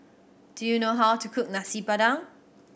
do you know how to cook Nasi Padang